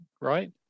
right